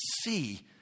see